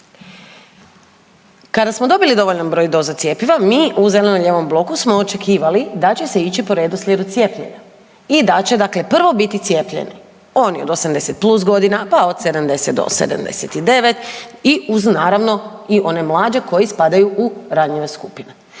Kada smo dobili dovoljan broj doza cjepiva, mi u zeleno-lijevom bloku smo očekivali da će se ići po redoslijedu cijepljenja i da će dakle prvo biti cijepljenje oni od 80+ godina pa od 70 do 79 i uz naravno i one mlađe koji spadaju u ranjive skupine.